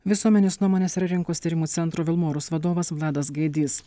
visuomenės nuomonės ir rinkos tyrimų centro vilmorus vadovas vladas gaidys